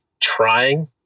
trying